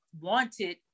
wanted